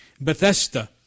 Bethesda